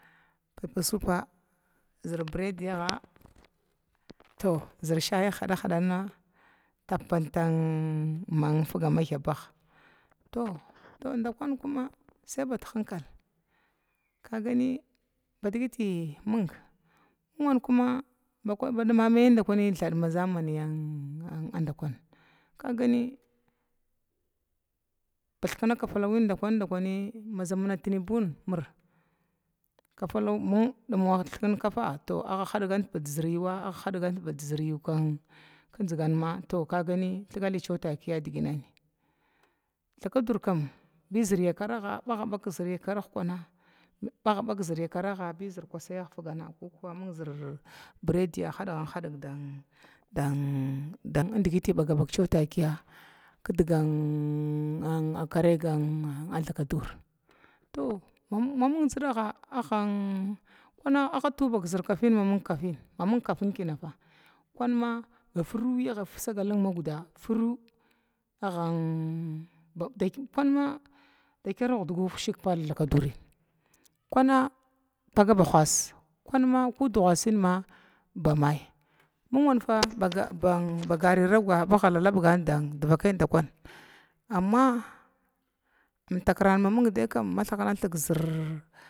Pepe supa zərbira diya ga, to zəra shayaga hadahadana tap ma gaifaya to dakun kuna sai budhinkal kakani badikit ming, ming kuma ba dimamyi dakwani thad mazrmiya dakwan, kagani adda thikna kafalawa daky adde thikna mir dzamana tinibuna kafalawin badim nadbi wa thkni kafa agga hadgant badyuwa kadgant badzir yuwa kin kizigan thgali takiya digini, thakadur kam mathg zər yakaragu bi zər kusayaga kuku ming zər biradiyaga aahadan digiti ɓagabaga takiya, ənn daiga thakadur to maming ziɗaga ann atubazir kafin maming maming kafin maming kainan fa bafuru agga salgal nin magda, furu agga bapalma aggan gudu shig pal thakadura kuuna kuna paga kuna ku duhasinma mathy ming wanfe ba garin mgu bage lalagga bavakaya kai dakuna, amma amtakiran ma ming dai kam zer